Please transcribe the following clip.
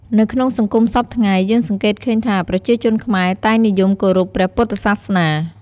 នៅក្នុងសង្គមសព្វថ្ងៃ យើងសង្កេតឃើញថាប្រជាជនខ្មែរតែងនិយមគោរពព្រះពុទ្ធសាសនា។